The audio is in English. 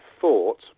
thought